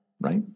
right